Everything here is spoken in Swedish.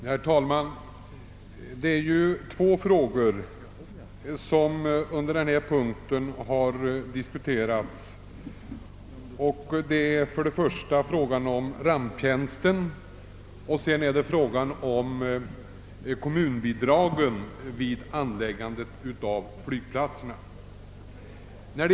Herr talman! Det är två frågor som framför allt här tagits upp till behandling. Den ena gäller ramptjänsten och den andra de kommunala bidragen till anläggande av flygplatser.